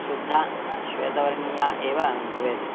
शुद्धा श्वेतवर्णीया एव भवेत्